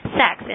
sex